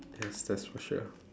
yes that's for sure